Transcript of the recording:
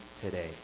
today